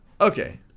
okay